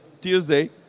Tuesday